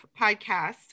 podcast